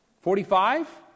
Forty-five